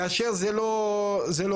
כאשר זה לא כך.